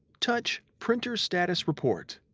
touch printer status report.